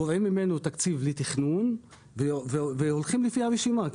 גורעים ממנו תקציב לתכנון והולכים לפי הרשימה.